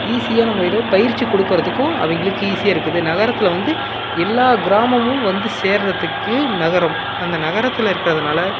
ஈஸியாக நம்மகிட்ட பயிற்சி கொடுக்கறதுக்கும் அவங்களுக்கு ஈஸியாக இருக்குது நகரத்தில் வந்து எல்லா கிராமமும் வந்து சேர்கிறத்துக்கு நகரம் அந்த நகரத்தில் இருக்கிறதுனால